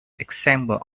example